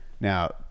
Now